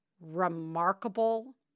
remarkable